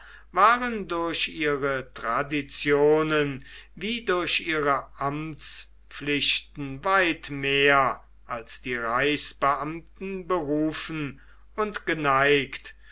waren durch ihre traditionen wie durch ihre amtspflichten weit mehr als die reichsbeamten berufen und geneigt